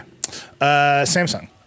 Samsung